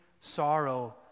sorrow